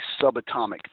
subatomic